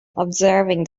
observing